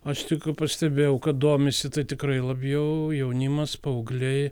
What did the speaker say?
aš tik ką pastebėjau kad domisi tai tikrai labiau jaunimas paaugliai